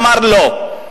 אמר: לא.